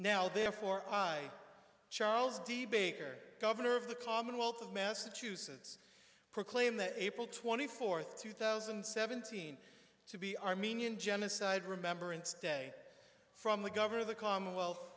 now therefore i charles de big here governor of the commonwealth of massachusetts proclaimed that april twenty fourth two thousand and seventeen to be armenian genocide remember instead from the governor of the commonwealth